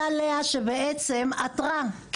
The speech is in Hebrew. אותה לאה שבעצם עתרה,